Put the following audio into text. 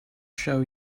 show